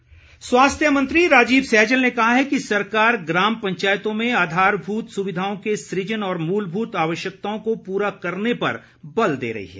सैजल स्वास्थ्य मंत्री राजीव सैजल ने कहा है कि सरकार ग्राम पंचायतों में आधारभूत सुविधाओं के सुजन और मूलभूत आवश्यकताओं को पूरा करने पर बल दे रही है